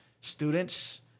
students